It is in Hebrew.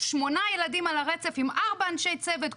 שמונה ילדים על הרצף עם ארבע אנשי צוות,